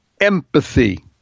empathy